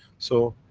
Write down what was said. so,